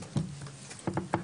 להלאות,